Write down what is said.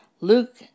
Luke